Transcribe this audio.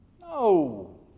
no